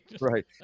Right